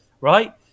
right